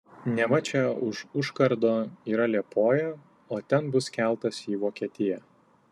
neva čia už užkardo yra liepoja o ten bus keltas į vokietiją